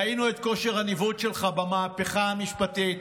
ראינו את כושר הניווט שלך במהפכה המשפטית,